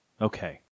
Okay